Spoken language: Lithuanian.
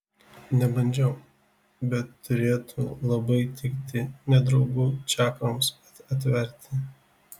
nebandžiau bet turėtų labai tikti nedraugų čakroms atverti